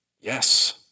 Yes